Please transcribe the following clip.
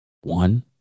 One